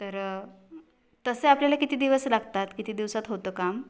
तर तसे आपल्याला किती दिवस लागतात किती दिवसात होतं काम